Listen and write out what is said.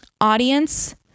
Audience